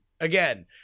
Again